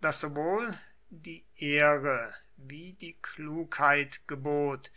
daß sowohl die ehre wie die klugheit gebot